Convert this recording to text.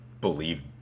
believe